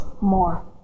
more